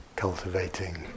Cultivating